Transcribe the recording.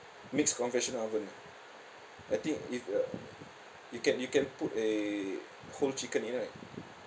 mixed conventional oven ah I think if uh you can you can put a whole chicken in right